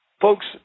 Folks